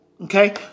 Okay